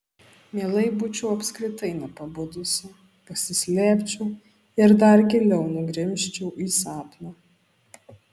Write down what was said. mielai būčiau apskritai nepabudusi pasislėpčiau ir dar giliau nugrimzčiau į sapną